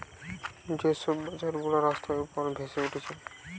যে সব বাজার গুলা রাস্তার উপর ফেলে হচ্ছে